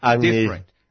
different